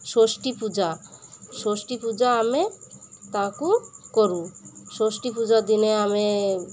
ଷଷ୍ଠୀ ପୂଜା ଷଷ୍ଠୀ ପୂଜା ଆମେ ତାକୁ କରୁ ଷଷ୍ଠୀ ପୂଜା ଦିନେ ଆମେ